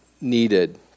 needed